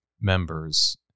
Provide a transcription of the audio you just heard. members